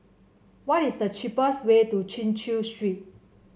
what is the cheapest way to Chin Chew Street